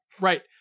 Right